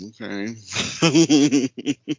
okay